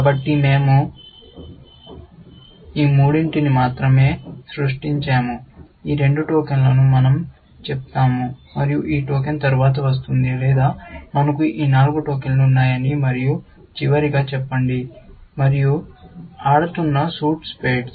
కాబట్టి మేము ఈ మూడింటిని మాత్రమే సృష్టించాము ఈ రెండు టోకెన్లను మనం చెప్తాము మరియు ఈ టోకెన్ తరువాత వస్తుంది లేదా మనకు ఈ నాలుగు టోకెన్లు ఉన్నాయని మరియు చివరిగా చెప్పండి మరియు ఆడుతున్న సూట్ స్పేడ్స్